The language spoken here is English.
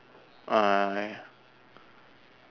i